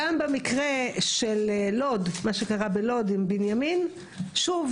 גם במקרה של מה שקרה בלוד עם בנימין, שוב